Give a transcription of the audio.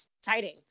exciting